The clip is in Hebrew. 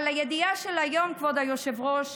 אבל הידיעה של היום, כבוד היושב-ראש,